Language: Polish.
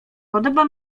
podoba